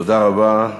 תודה רבה.